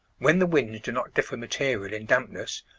when the winds do not differ materially in dampness,